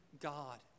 God